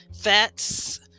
fats